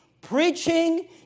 preaching